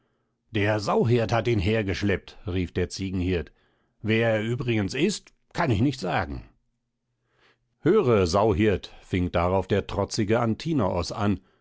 der sauhirt hat ihn hergeschleppt rief der ziegenhirt wer er übrigens ist kann ich nicht sagen höre sauhirt fing darauf der trotzige antinoos an